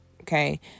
okay